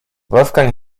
wolfgang